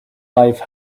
life